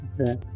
Okay